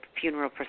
funeral